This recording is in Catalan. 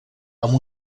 amb